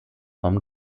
vom